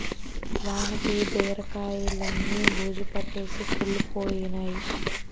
వానకి బీరకాయిలన్నీ బూజుపట్టేసి కుళ్లిపోయినై